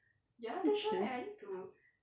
那么迟